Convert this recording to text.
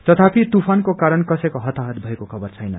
तयापी तुप्रानको कारण कसैको हताइत भएको खबर छैन